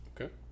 Okay